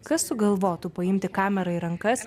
kas sugalvotų paimti kamerą į rankas